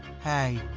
hey,